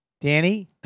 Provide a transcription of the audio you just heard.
Danny